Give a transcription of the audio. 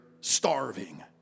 starving